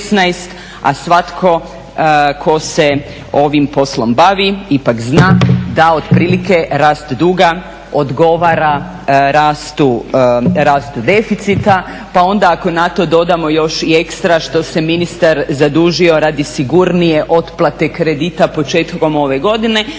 a svatko ko se ovim poslom bavi ipak zna da otprilike rast duga odgovara rastu deficita, pa onda ako na to dodamo i ekstra što se ministar zadužio radi sigurnije otplate kredita početkom ove godine